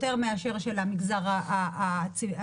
יותר מאשר של המגזר הכללי.